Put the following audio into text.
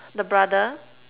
the brother